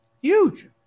Huge